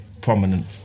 prominent